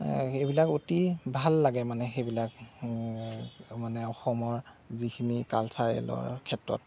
সেইবিলাক অতি ভাল লাগে মানে সেইবিলাক মানে অসমৰ যিখিনি কালচাৰেলৰ ক্ষেত্ৰত